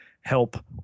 help